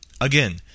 Again